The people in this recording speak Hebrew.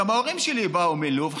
גם ההורים שלי באו מלוב,